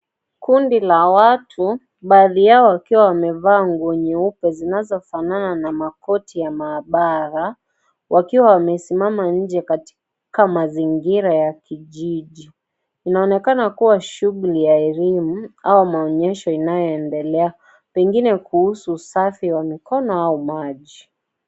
Kundi la watu baadhi yao wakiwa wamevaa nguo nyeupe zinazofanana na makoti ya mahabara wakiwa wamesimama nje katika mazingira ya kijiji. Inaonekana kuwa shughuli ya elimu au maonyesho inayoendelea pengine kuhusu usafi mikono au maji.